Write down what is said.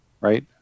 right